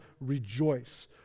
rejoice